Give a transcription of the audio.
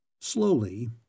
Slowly